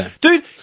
Dude